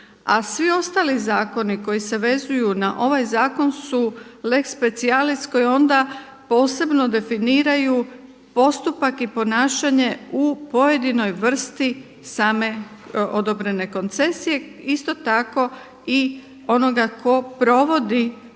a svi ostali zakoni koji se vezuju na ovaj zakon su lex specialis koji onda posebno definiraju postupak i ponašanje u pojedinoj vrsti same odobrene koncesije, isto tako i onoga tko provodi